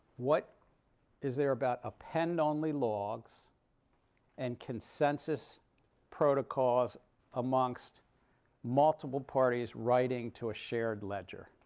what is there about append-only logs and consensus protocols amongst multiple parties writing to a shared ledger?